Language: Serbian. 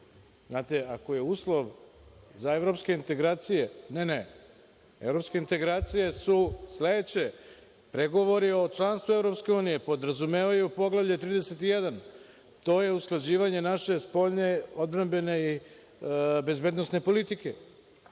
znate, ako je uslov za evropske integracije. Ne, ne, evropske integracije su sledeće. Pregovori o članstvu u EU podrazumevaju poglavlje 31. To je usklađivanje naše spoljne odbrambene bezbednosne politike.